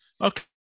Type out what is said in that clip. Okay